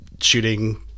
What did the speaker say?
shooting